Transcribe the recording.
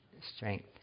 strength